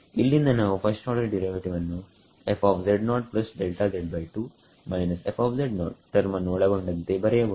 ಇಲ್ಲಿಂದ ನಾವು first order derivative ಅನ್ನು ಟರ್ಮನ್ನು ಒಳಗೊಂಡಂತೆ ಬರೆಯಬಹುದು